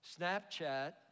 Snapchat